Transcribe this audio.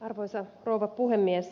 arvoisa rouva puhemies